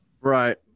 Right